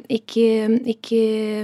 iki iki